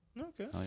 Okay